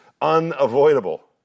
unavoidable